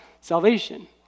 salvation